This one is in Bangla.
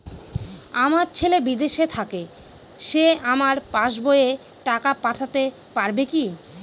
আমার ছেলে বিদেশে থাকে সে আমার পাসবই এ টাকা পাঠাতে পারবে কি?